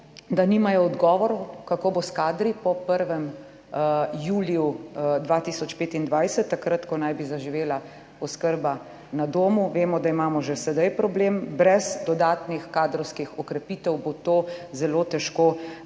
da nimajo odgovorov kako bo s kadri po 1. juliju 2025, takrat, ko naj bi zaživela oskrba na domu. Vemo, da imamo že sedaj problem. Brez dodatnih kadrovskih okrepitev bo to zelo težko